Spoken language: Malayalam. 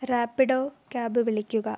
റാപിഡോ കാബ് വിളിക്കുക